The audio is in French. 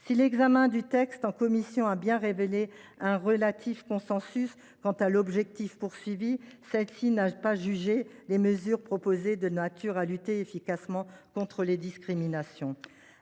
Si son examen par la commission a bien révélé un relatif consensus quant à l’objectif, celle ci n’a pas jugé les mesures proposées de nature à lutter efficacement contre les discriminations.